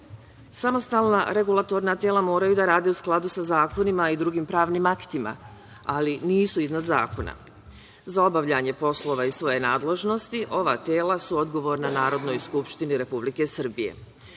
Samostalna regulatorna tela moraju da rade u skladu sa zakonima i drugim pravnim aktima, ali nisu iznad zakona. Za obavljanje poslova iz svoje nadležnosti, ova tela su odgovorna Narodnoj skupštini Republike Srbije. Ono